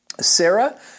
Sarah